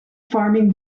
farming